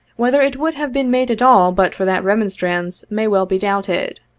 whether it would have been made at all but for that remonstrance may well be doubted.